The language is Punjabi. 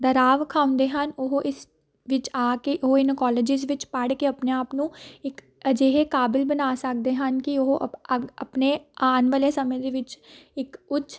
ਦਾ ਰਾਹ ਵਿਖਾਉਂਦੇ ਹਨ ਉਹ ਇਸ ਵਿੱਚ ਆ ਕੇ ਉਹ ਇਨ ਕੋਲਜਿਜ ਵਿੱਚ ਪੜ੍ਹ ਕੇ ਆਪਣੇ ਆਪ ਨੂੰ ਇੱਕ ਅਜਿਹੇ ਕਾਬਿਲ ਬਣਾ ਸਕਦੇ ਹਨ ਕਿ ਉਹ ਆਪਣੇ ਆਉਣ ਵਾਲੇ ਸਮੇਂ ਦੇ ਵਿੱਚ ਇੱਕ ਉੱਚ